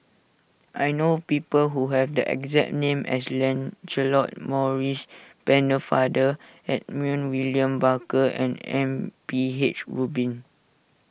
I know people who have the exact name as Lancelot Maurice Pennefather Edmund William Barker and M P H Rubin